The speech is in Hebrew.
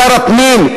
שר הפנים,